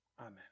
Amen